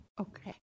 Okay